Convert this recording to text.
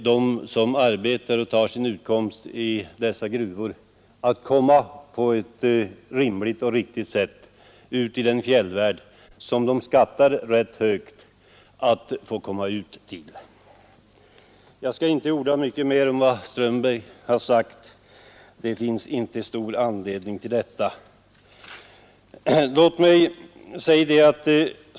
De som arbetar och har sin utkomst i gruvorna har tack vare skotern en möjlighet att på ett rimligt och riktigt sätt komma ut i den fjällvärld som de skattar rätt högt. Jag skall inte orda mycket mer om vad herr Strömberg har sagt. Det finns inte stor anledning till det.